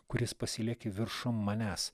kuris pasilieki viršum manęs